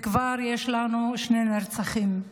וכבר יש לנו שני נרצחים,